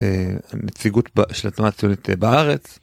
הנציגות של התנועה הציונית בארץ.